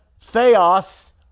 theos